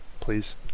please